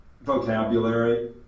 vocabulary